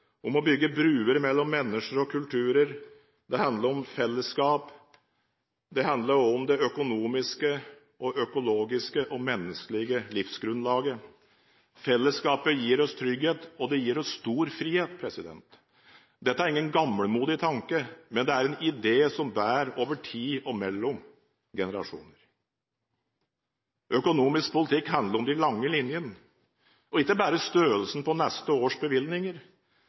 om å bygge bruer mellom mennesker og kulturer. Det handler om fellesskap. Det handler om det økonomiske, økologiske og menneskelige livsgrunnlaget. Fellesskap gir trygghet, og det gir oss stor frihet. Dette er ingen gammelmodig tanke, men det er en idé som bærer over tid og mellom generasjoner. Økonomisk politikk handler om de lange linjene og ikke bare om størrelsen på neste års bevilgninger.